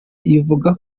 ivuga